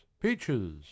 peaches